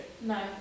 No